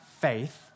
faith